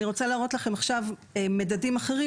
אני רוצה להראות לכם עכשיו מדדים אחרים